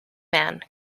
man